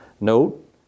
note